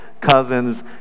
cousins